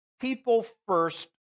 people-first